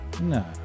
No